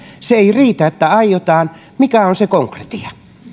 se ei riitä että aiotaan mikä on se konkretia